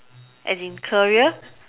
as in career